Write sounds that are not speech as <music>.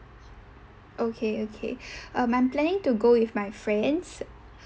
okay okay <breath> um I'm my planning to go with my friends